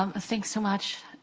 um thanks so much,